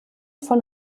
von